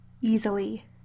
easily